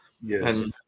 Yes